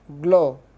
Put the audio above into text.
glow